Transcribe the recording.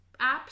apps